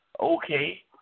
Okay